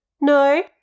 No